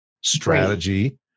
strategy